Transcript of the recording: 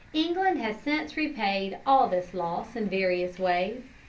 england has since repaid all this loss in various ways.